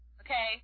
okay